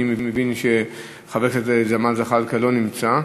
אני מבין שחבר הכנסת ג'מאל זחאלקה לא נמצא.